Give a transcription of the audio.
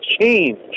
change